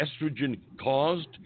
estrogen-caused